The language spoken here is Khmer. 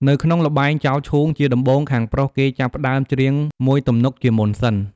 នៅក្នុងល្បែង ចោលឈូង ជាដំបូង ខាងប្រុសគេចាប់ផ្ដើមច្រៀងមួយទំនុកជាមុនសិន។